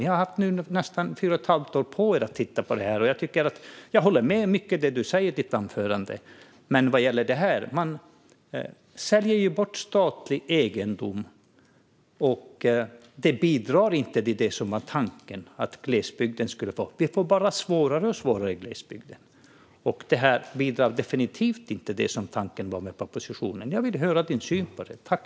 Ni har haft nästan fyra och ett halvt år på er att titta på det här. Jag håller med om mycket av vad du säger i ditt anförande, men vad gäller det här gör jag det inte. Man säljer bort statlig egendom, och det bidrar inte till det som var tanken: att det skulle komma glesbygden till del. Människor i glesbygden får det bara svårare och svårare. Det här bidrar definitivt inte till det som var tanken med propositionen. Jag vill höra din syn på det, tack.